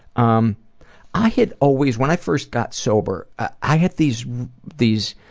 um i had always when i first got sober i i had these these